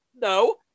no